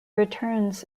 returns